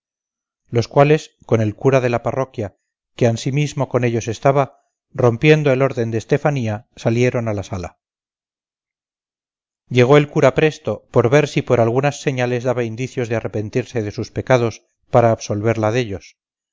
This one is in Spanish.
los cuales con el cura de la parroquia que ansimismo con ellos estaba rompiendo el orden de estefanía salieron a la sala llegó el cura presto por ver si por algunas señales daba indicios de arrepentirse de sus pecados para absolverla dellos